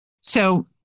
So-